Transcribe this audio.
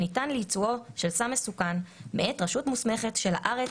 שניתן ליצאו של סם מסוכן מאת רשות מוסמכת של הארץ